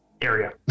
area